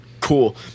cool